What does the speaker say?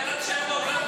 לא קרה כלום.